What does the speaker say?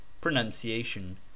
Pronunciation